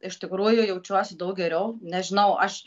iš tikrųjų jaučiuosi daug geriau nežinau aš